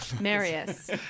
Marius